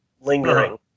lingering